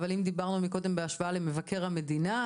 אבל אם דיברנו קודם בהשוואה למבקר המדינה,